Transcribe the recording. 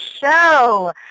show